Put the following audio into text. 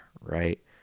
right